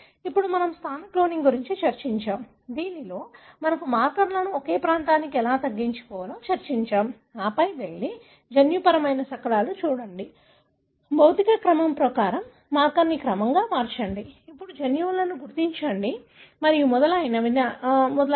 ఇప్పుడు మనం స్థాన క్లోనింగ్ గురించి చర్చించాము దీనిలో మీకు తెలుసా మనము మార్కర్లను ఒక ప్రాంతాన్ని ఎలా తగ్గించుకోవాలో చర్చించాము ఆపై మీరు వెళ్లి జన్యుపరమైన శకలాలు చూడండి భౌతిక క్రమం ప్రకారం మార్కర్ని క్రమాన్ని మార్చండి అప్పుడు జన్యువులను గుర్తించండి మరియు మొదలైనవి